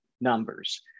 numbers